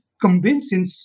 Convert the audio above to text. Convincing